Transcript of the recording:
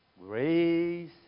grace